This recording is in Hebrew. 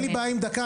אין לי בעיה עם דקה,